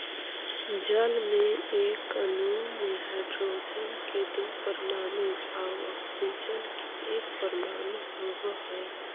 जल के एक अणु में हाइड्रोजन के दो परमाणु आउ ऑक्सीजन के एक परमाणु होवऽ हई